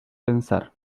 pensar